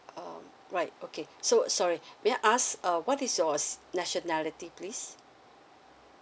um alright okay so sorry may I ask uh what is your nationality please